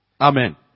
Amen